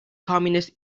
communist